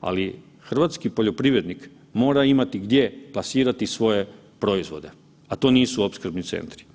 ali hrvatski poljoprivrednik mora imati gdje plasirati svoje proizvode, a to nisu opskrbni centri.